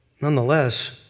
Nonetheless